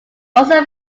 also